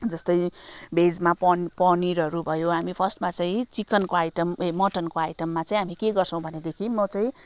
जस्तै भेजमा पन पनिरहरू भयो हामी फर्स्टमा चाहिँ चिकनको आइटम ए मटनको आइटममा चाहिँ हामी के गर्छौँ भनेदेखि म चाहिँ